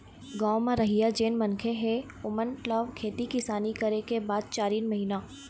गाँव म रहइया जेन मनखे हे ओेमन ल खेती किसानी करे के बाद चारिन महिना